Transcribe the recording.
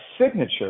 signature